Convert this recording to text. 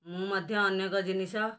ମୁଁ ମଧ୍ୟ ଅନେକ ଜିନିଷ